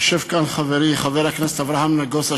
יושב כאן חברי חבר הכנסת אברהם נגוסה,